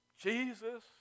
Jesus